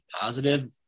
positive